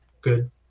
good